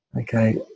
Okay